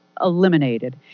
eliminated